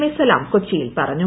A Salam കൊച്ചിയിൽ പറഞ്ഞു